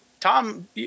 Tom